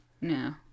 No